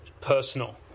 personal